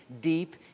deep